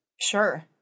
Sure